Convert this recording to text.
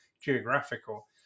geographical